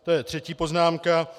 To je třetí poznámka.